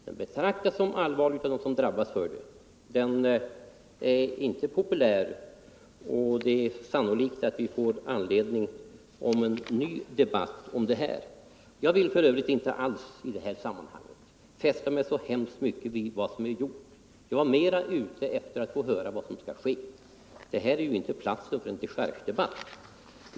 Den betraktas som allvarlig av dem som drabbas. Det är inte populärt, och det är sannolikt att vi får anledning att föra en ny debatt om detta. Jag vill för övrigt i detta sammanhang inte fästa mig så mycket vid vad som är gjort — detta är ju inte någon dechargedebatt — utan jag är mera ute efter att få höra vad som skall ske.